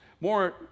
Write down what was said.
more